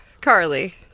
Carly